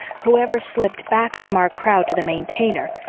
whoever slipped back from our crowd to the maintainer,